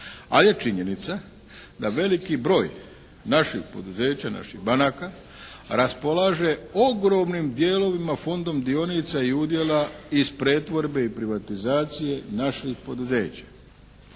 Ali je činjenica da veliki broj naših poduzeća, naših banaka raspolaže ogromnim dijelovima fondom dionica i udjela iz pretvorbe i privatizacije naših poduzeća.